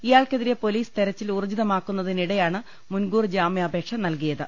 ഇയാൾക്കെതിരെ പൊലീസ് തെരച്ചിൽ ഊർജ്ജിതമാക്കുന്നതിനിടെയാണ് മുൻകൂർ ജാമ്യാപേക്ഷ നൽകിയത്